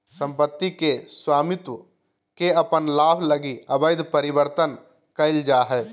सम्पत्ति के स्वामित्व के अपन लाभ लगी अवैध परिवर्तन कइल जा हइ